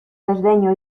desdeño